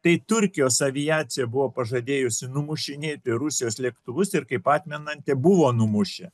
tai turkijos aviacija buvo pažadėjusi numušinėti rusijos lėktuvus ir kaip atmenanti buvo numušę